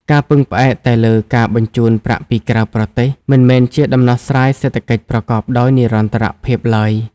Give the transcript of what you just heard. ការពឹងផ្អែកតែលើការបញ្ជូនប្រាក់ពីក្រៅប្រទេស មិនមែនជាដំណោះស្រាយសេដ្ឋកិច្ចប្រកបដោយនិរន្តរភាពឡើយ។